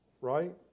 Right